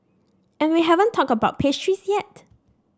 and we haven't talked about pastries yet